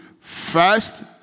first